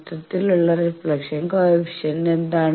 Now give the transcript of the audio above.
മൊത്തത്തിലുള്ള reflection coefficient എന്താണ്